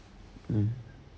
uh